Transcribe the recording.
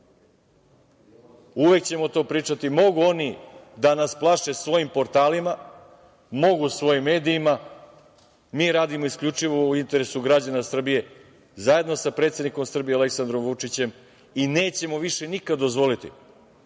ćemo to pričati. Mogu oni da nas plaše svojim portalima, mogu svojim medijima, mi radimo isključivo u interesu građana Srbije, zajedno sa predsednikom Srbije, Aleksandrom Vučićem i nećemo više nikad dozvoliti